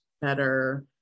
better